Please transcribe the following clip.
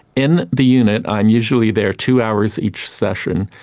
in the unit, i'm usually there two hours each session,